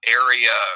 area